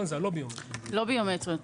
לא ביומטריות.